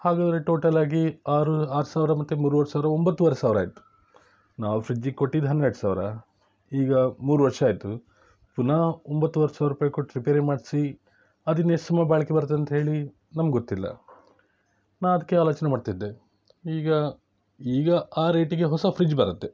ಹಾಗಾದರೆ ಟೋಟಲ್ ಆಗಿ ಆರು ಆರು ಸಾವಿರ ಮತ್ತು ಮೂರುವರೆ ಸಾವಿರ ಒಂಬತ್ತುವರೆ ಸಾವಿರ ಆಯಿತು ನಾವು ಫ್ರಿಜ್ಜಿಗೆ ಕೊಟ್ಟಿದ್ದು ಹನ್ನೆರಡು ಸಾವಿರ ಈಗ ಮೂರು ವರ್ಷ ಆಯಿತು ಪುನಃ ಒಂಬತ್ತುವರೆ ಸಾವಿರ ರೂಪಾಯಿ ಕೊಟ್ಟು ರಿಪೇರಿ ಮಾಡಿಸಿ ಅದಿನ್ನು ಎಷ್ಟು ಸಮಯ ಬಾಳಿಕೆ ಬರ್ತದೆ ಅಂತ್ಹೇಳಿ ನಮಗೊತ್ತಿಲ್ಲ ನಾ ಅದಕ್ಕೆ ಆಲೋಚನೆ ಮಾಡ್ತಿದ್ದೆ ಈಗ ಈಗ ಆ ರೇಟಿಗೆ ಹೊಸ ಫ್ರಿಜ್ ಬರತ್ತೆ